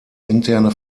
interne